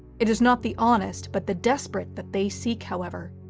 it is not the honest but the desperate that they seek however,